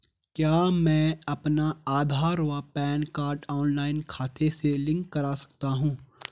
क्या मैं अपना आधार व पैन कार्ड ऑनलाइन खाते से लिंक कर सकता हूँ?